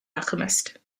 alchemist